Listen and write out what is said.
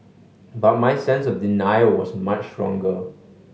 but my sense of denial was much stronger